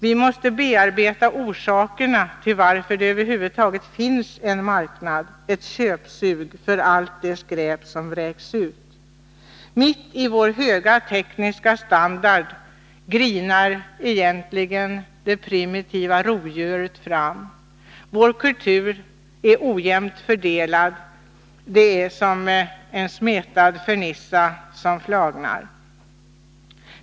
Vi måste bearbeta orsakerna till att det över huvud taget finns en marknad, ett köpsug för allt det skräp som vräks ut. Mitt i vår höga tekniska standard grinar egentligen det primitiva rovdjuret "fram. Vår kultur är ojämnt fördelad; som en nyckfyllt smetad fernissa som flagnar.